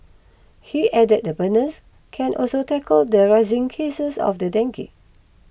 he added the burners can also tackle the rising cases of the dengue